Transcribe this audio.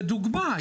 זה דוגמא,